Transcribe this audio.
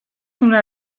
una